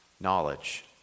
knowledge